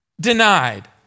denied